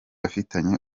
afitanye